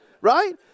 Right